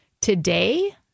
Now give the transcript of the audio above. Today